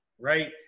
right